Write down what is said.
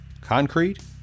concrete